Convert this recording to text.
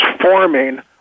forming